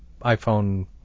iPhone